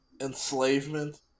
Enslavement